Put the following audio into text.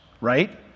right